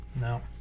No